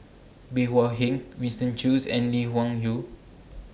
Bey Hua Heng Winston Choos and Lee Wung Yew